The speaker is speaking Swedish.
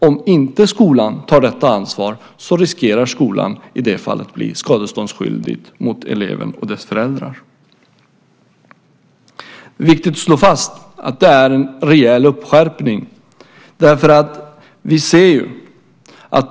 Om inte skolan tar detta ansvar, riskerar skolan i det fallet att bli skadeståndsskyldig mot eleven och hans eller hennes föräldrar. Det är viktigt att slå fast att det är en rejäl uppskärpning.